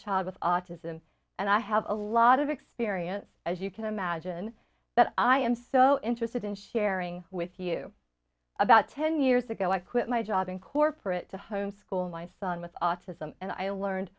autism and i have a lot of experience as you can imagine that i am so interested in sharing with you about ten years ago i quit my job in corporate to homeschool my son with autism and i learned